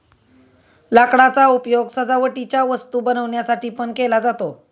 लाकडाचा उपयोग सजावटीच्या वस्तू बनवण्यासाठी पण केला जातो